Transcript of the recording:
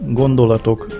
gondolatok